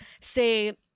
say